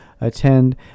attend